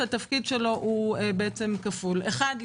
שתפקידו כפול: אחד,